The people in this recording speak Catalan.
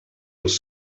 els